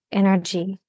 energy